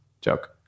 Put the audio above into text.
Joke